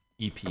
EP